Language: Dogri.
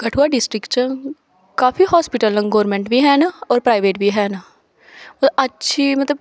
कठुआ डिस्ट्रिक्ट च काफी हास्पिटल न गौरमेंट बी हैन होर प्राइवेट बी हैन मतलब अच्छे मतलब